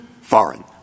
foreign